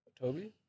Toby